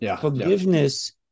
Forgiveness